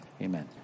amen